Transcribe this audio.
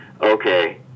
Okay